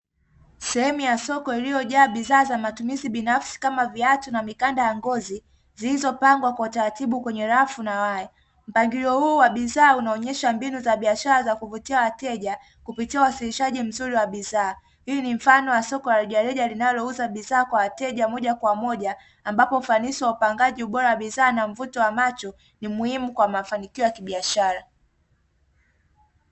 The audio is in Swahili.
Sehemu ya soko iliojaa bidhaa za matumizi binafsi kama vile viatu na mikanda ya ngozi zilizopangwa kwa utaratibu kwenye rafu na waya, mpangilio huu wa bidhaa unaonesha mbinu za biashara za kuvutia wateja kupitia uwasilishaji mzuri wa bidhaa. Hii ni mfano mzuri wa soko la rejareja linalouza bidhaa kwa wateja moja kwa moja, ambapo ufanisi wa upangaji wa ubora wa bidhaa na mvuto wa macho ni muhimu kwa mafanikio ya kibiashara.